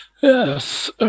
Yes